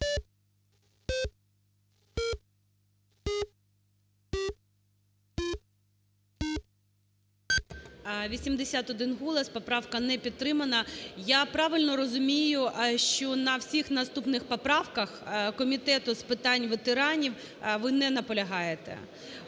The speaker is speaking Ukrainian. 81 голос. Поправка не підтримана. Я правильно розумію, що на всіх наступних поправках Комітету з питань ветеранів ви не наполягаєте?